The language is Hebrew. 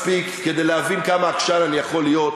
את לא מכירה אותי מספיק להבין כמה עקשן אני יכול להיות.